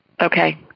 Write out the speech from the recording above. okay